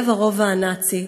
בלב הרובע הנאצי